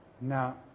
Now